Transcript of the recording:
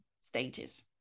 stages